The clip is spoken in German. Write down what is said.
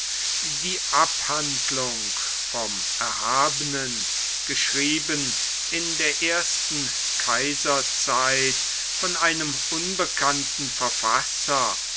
die abhandlung vom erhabenen geschrieben in der ersten kaiserzeit von einem unbekannten verfasser